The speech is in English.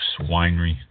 winery